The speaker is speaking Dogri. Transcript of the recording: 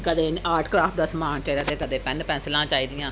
कदें इ'नें गी आर्ट क्राफ्ट दा समान चाहिदा ते कदें पैन्न पैंसलां चाहि दियां